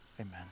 amen